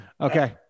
Okay